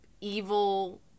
evil